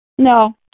No